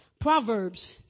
Proverbs